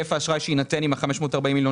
היקף האשראי שיינתן עם ה-540 מיליון